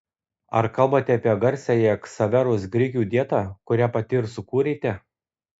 ar kalbate apie garsiąją ksaveros grikių dietą kurią pati ir sukūrėte